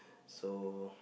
so